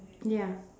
ya